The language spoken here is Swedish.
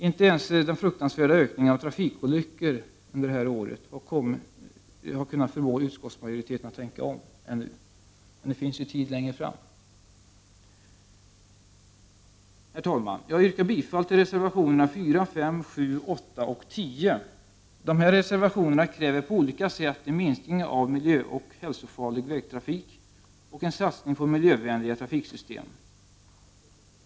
Inte ens den fruktansvärda ökningen av antalet trafikolyckor under det här året har kunnat förmå utskottsmajoriteten att tänka om ännu — men det finns ju tid längre fram. Herr talman! Jag yrkar bifall till reservationerna 4, 5, 7, 8 och 10. I dessa reservationer krävs på olika sätt en minskning av miljöoch hälsofarlig vägtrafik och en satsning på miljövänliga trafiksystem.